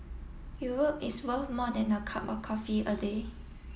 Europe is worth more than a cup of coffee a day